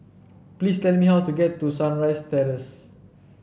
please tell me how to get to Sunrise Terrace